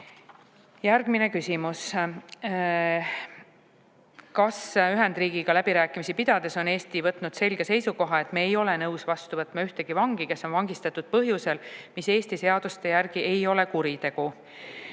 tooks. Järgmine küsimus: "Kas Ühendkuningriigiga läbirääkimisi pidades on Eesti võtnud selge seisukoha, et me ei ole nõus vastu võtma ühtegi vangi, kes on vangistatud põhjusel, mis Eesti seaduste järgi ei ole kuritegu?"